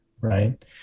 Right